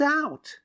out